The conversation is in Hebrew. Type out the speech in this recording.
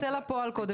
שייצא לפועל קודם כל.